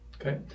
Okay